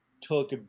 took